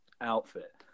outfit